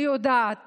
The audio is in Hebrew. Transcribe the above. אני יודעת